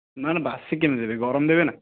ନା ନା ବାସି କେମିତି ଦେବେ ଗରମ ଦେବେ ନା